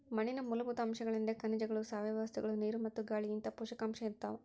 ಮಣ್ಣಿನ ಮೂಲಭೂತ ಅಂಶಗಳೆಂದ್ರೆ ಖನಿಜಗಳು ಸಾವಯವ ವಸ್ತುಗಳು ನೀರು ಮತ್ತು ಗಾಳಿಇಂತಹ ಪೋಷಕಾಂಶ ಇರ್ತಾವ